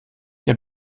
der